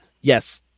Yes